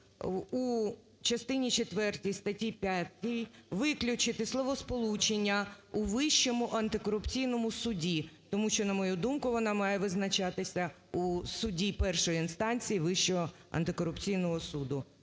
у частині четвертій статті 5 виключити словосполучення "у Вищому антикорупційному суді". Тому що, на мою думку, вона має визначатися у суді першої інстанції Вищого антикорупційного суду.